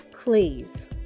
please